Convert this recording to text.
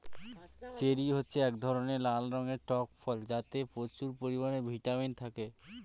cherry হচ্ছে এক ধরনের লাল রঙের টক ফল যাতে প্রচুর পরিমাণে ভিটামিন থাকে